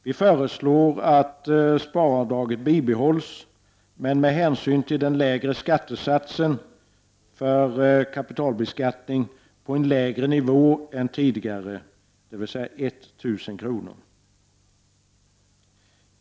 Vi föreslår att sparavdraget bibehålls, men att det, med hänsyn till den lägre skattesatsen för kapitalbeskattning, ligger på en lägre nivå än tidigare, dvs. 1 000 kr.